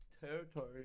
territory